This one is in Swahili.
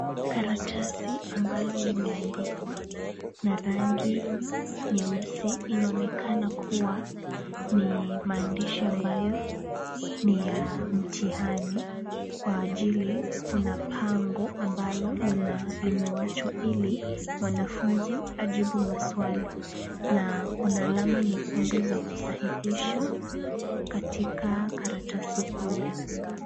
Karatasi ambalo limeandikwa na rangi nyeusi. Inaonekana kuwa ni maandishi ambayo ni ya mtihani kwa ajili kuna pengo ambalo limewachwa ili mwanafunzi ajibu maswali na kuna alama nyekundu za kusahihisha katika karatasi hili.